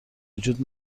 وجود